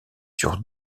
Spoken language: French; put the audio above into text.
sur